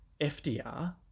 fdr